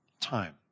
Time